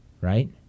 right